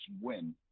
win